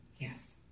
yes